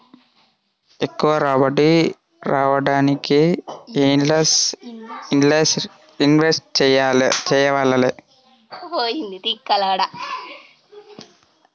ఎక్కువ రాబడి రావడానికి ఎండ్ల ఇన్వెస్ట్ చేయాలే?